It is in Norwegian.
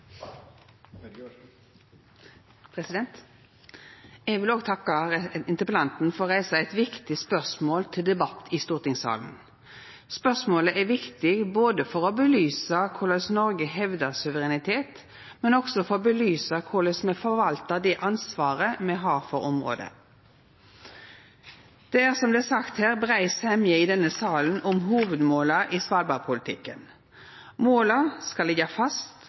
reisa eit viktig spørsmål til debatt i stortingssalen. Spørsmålet er viktig både for å belysa korleis Noreg hevdar suverenitet, og for å belysa korleis me forvaltar det ansvaret me har for området. Det er, som det er sagt her, brei semje i denne salen om hovudmåla i svalbardpolitikken. Måla skal liggja fast,